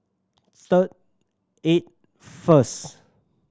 third eight first